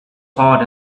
hot